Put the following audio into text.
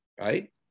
Right